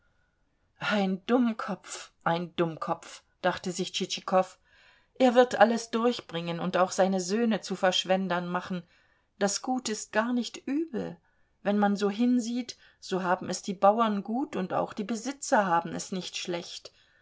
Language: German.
ein dummkopf ein dummkopf dachte sich tschitschikow er wird alles durchbringen und auch seine söhne zu verschwendern machen das gut ist gar nicht übel wenn man so hinsieht so haben es die bauern gut und auch die besitzer haben es nicht schlecht